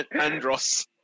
Andros